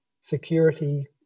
security